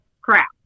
crap